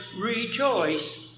rejoice